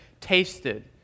tasted